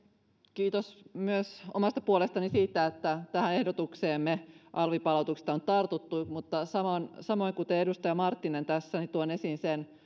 kiitos myös omasta puolestani siitä että tähän ehdotukseemme alvipalautuksista on tartuttu mutta samoin kuin edustaja marttinen tuon esiin sen